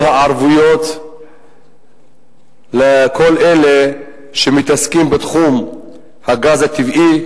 הערבויות לכל אלה שמתעסקים בתחום הגז הטבעי,